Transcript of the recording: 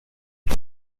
und